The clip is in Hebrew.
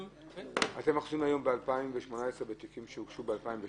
אתם עוסקים היום, ב-2018, בתיקים שהוגשו ב-2017?